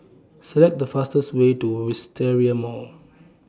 Select The fastest Way to Wisteria Mall